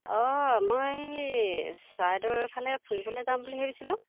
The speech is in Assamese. অঁ মই এই চাইদেউফালে ফুৰিবলৈ যাম বুলি ভাবিছিলোঁ